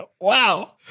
Wow